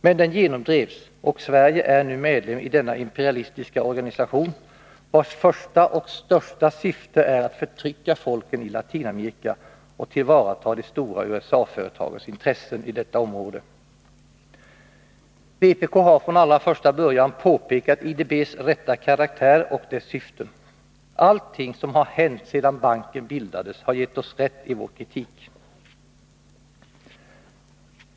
Men den genomdrevs, och Sverige är nu medlem i denna imperialistiska organisation, vars första och största syfte är att förtrycka folken i Latinamerika och tillvarata de stora USA-företagens intressen i detta område. Vpk har från allra första början påpekat IDB:s rätta karaktär och dess syften. Allting som har hänt sedan banken bildades har gett oss rätt i vår kritik.